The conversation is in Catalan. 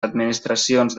administracions